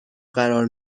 قرار